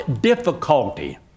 difficulty